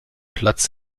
platz